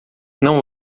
não